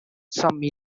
some